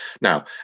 Now